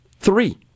three